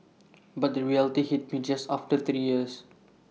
but the reality hit me just after three years